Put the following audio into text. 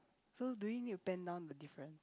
so do we need to pen down the difference